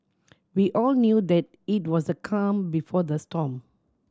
we all knew that it was the calm before the storm